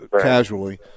casually